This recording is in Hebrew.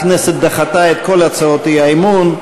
הכנסת דחתה את כל הצעות האי-אמון.